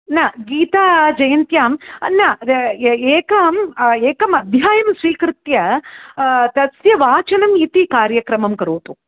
न गीताजयन्त्यां न य एकं एकमध्यायं स्वीकृत्य तस्य वाचनम् इति कार्यक्रमं करोतु